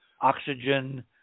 oxygen